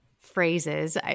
phrases